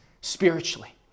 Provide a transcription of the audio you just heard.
spiritually